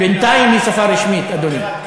בינתיים היא שפה רשמית, אדוני.